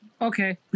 okay